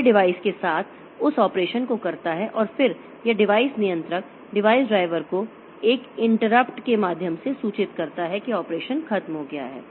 यह डिवाइस के साथ उस ऑपरेशन को करता है और फिर यह डिवाइस नियंत्रक डिवाइस ड्राइवर को एक इंटरप्ट के माध्यम से सूचित करता है कि ऑपरेशन खत्म हो गया है